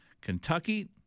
Kentucky